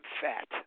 fat